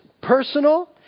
personal